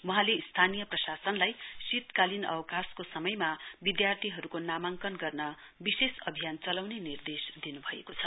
वहाँले स्थानीय प्रशासनलाई शीतकालीन अवकाशको समयमा विधार्थीहरुको नामाक्ङ गर्न विशेष अभियान चलाउने निर्देश दिनुभएको छ